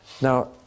Now